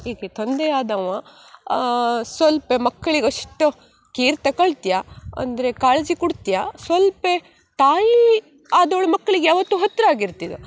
ಈಗ ತಂದೆ ಆದವ ಸೊಲ್ಪ ಮಕ್ಳಿಗೆ ಅಷ್ಟು ಕೇರ್ ತಕೊಳ್ತ್ಯ ಅಂದರೆ ಕಾಳಜಿ ಕೊಡ್ತ್ಯ ಸೊಲ್ಪ ತಾಯಿ ಆದವ್ಳು ಮಕ್ಳಿಗೆ ಯಾವತ್ತೂ ಹತ್ತಿರ ಆಗಿರ್ತಿದು